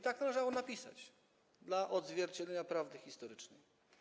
Tak należało napisać dla odzwierciedlenia prawdy historycznej.